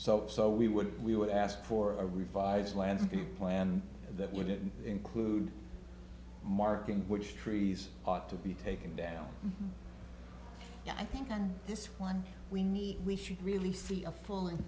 so so we would we would ask for a revised landscape plan that would include marking which trees ought to be taken down and i think on this one we need we should really see a full and